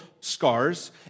scars